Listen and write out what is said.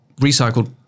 recycled